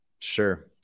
Sure